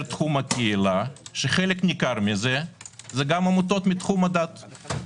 תחום הקהילה שחלק ניכר מזה זה גם עמותות מתחום הדת.